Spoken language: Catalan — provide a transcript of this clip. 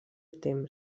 temps